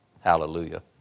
Hallelujah